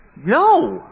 No